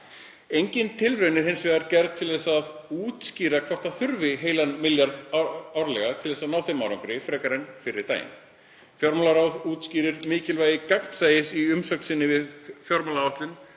Engin tilraun er hins vegar gerð til að útskýra hvort það þurfi heilan milljarð árlega til að ná þeim árangri frekar en fyrri daginn. Fjármálaráð útskýrir mikilvægi gegnsæis í umsögn sinni við fjármálaáætlun